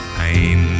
pain